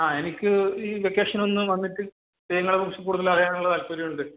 ആ എനിക്ക് ഈ വെക്കേഷൻ ഒന്ന് വന്നിട്ട് തെയ്യങ്ങളെക്കുറിച്ച് കൂടുതൽ അറിയാനുള്ള താല്പര്യം ഉണ്ട്